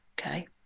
okay